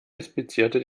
inspizierte